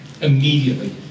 Immediately